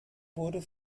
wurden